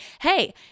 Hey